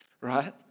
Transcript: right